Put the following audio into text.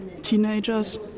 teenagers